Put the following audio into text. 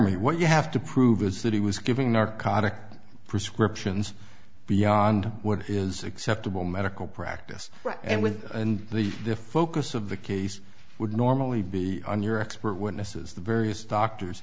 me what you have to prove is that he was giving narcotic prescriptions beyond what is acceptable medical practice and with the defocus of the case would normally be on your expert witnesses the various doctors